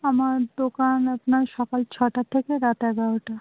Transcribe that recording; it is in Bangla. আমার দোকান আপনার সকাল ছটার থেকে রাত এগারোটা